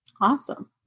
Awesome